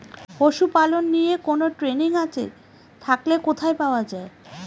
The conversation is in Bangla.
পশুপালন নিয়ে কোন ট্রেনিং আছে থাকলে কোথায় পাওয়া য়ায়?